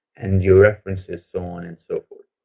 and your references, so on and so forth.